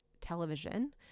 television